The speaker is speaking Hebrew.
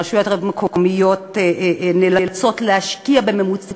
רשויות מקומיות נאלצות להשקיע בממוצע